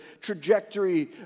trajectory